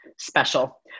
special